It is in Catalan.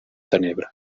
tenebra